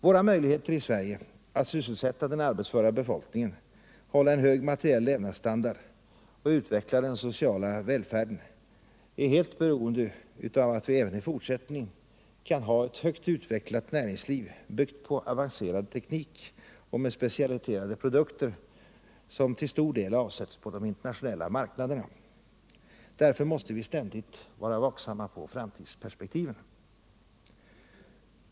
Våra möjligheter i Sverige att sysselsätta den arbetsföra befolkningen, hålla en hög materiell levnadsstandard och utveckla den sociala välfärden är helt beroende av att vi även i fortsättningen kan ha ett högt utvecklat näringsliv, byggt på avancerad teknik och med specialiserade produkter som till stor del avsätts på de internationella marknaderna. Därför måste vi ständigt vara vaksamma på framtidsperspektiven.